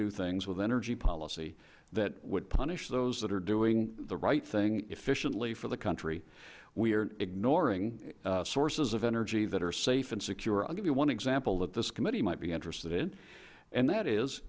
do things with energy policy that would punish those that are doing the right thing efficiently for the country we are ignoring sources of energy that are safe and secure i'll give you one example that this committee might be interested in and that is